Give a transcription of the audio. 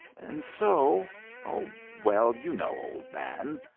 and so oh, well, you know, old man.